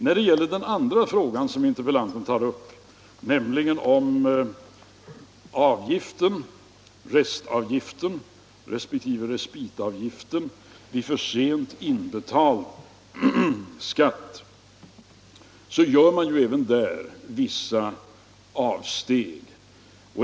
När det gäller den andra frågan som interpellanten tar upp och som gäller restavgift resp. respitavgift vid för sent inbetald skatt gör man även där vissa avsteg.